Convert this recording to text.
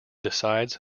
decides